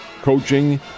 coaching